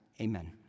amen